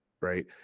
right